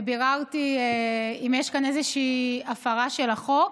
ביררתי אם יש כאן איזושהי הפרה של החוק,